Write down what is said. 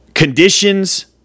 Conditions